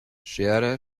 schere